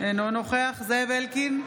אינו נוכח זאב אלקין,